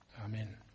Amen